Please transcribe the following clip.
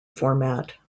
format